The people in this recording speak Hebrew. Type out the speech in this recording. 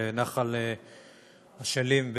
בנחל אשלים,